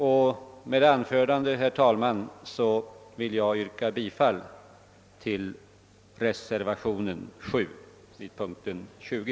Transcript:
Med detta anförande, herr talman, vill jag yrka bifall till reservationen 7 a under punkten 20.